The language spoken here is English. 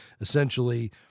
essentially